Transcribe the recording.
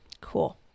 Cool